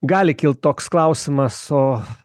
gali kilt toks klausimas o